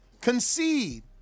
Concede